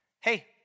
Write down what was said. Hey